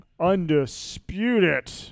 Undisputed